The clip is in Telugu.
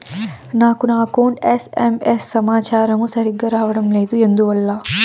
నాకు నా అకౌంట్ ఎస్.ఎం.ఎస్ సమాచారము సరిగ్గా రావడం లేదు ఎందువల్ల?